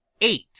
Eight